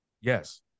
Yes